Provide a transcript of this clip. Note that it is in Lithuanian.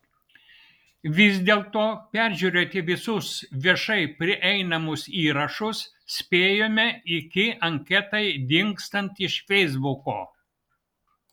vis dėlto peržiūrėti visus viešai prieinamus įrašus spėjome iki anketai dingstant iš feisbuko